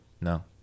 No